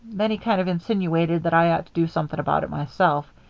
then he kind of insinuated that i ought to do something about it myself.